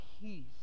peace